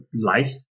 life